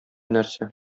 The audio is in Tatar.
нәрсә